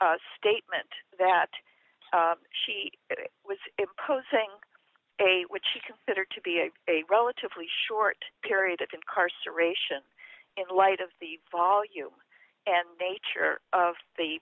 statement that she was saying which she considered to be a relatively short period of incarceration in light of the volume and nature of the